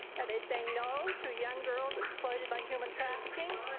are they saying no to young girls exploited by human trafficking?